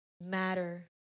matter